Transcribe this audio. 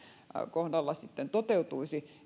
kohdalla sitten toteutuisi